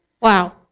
Wow